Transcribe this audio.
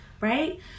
right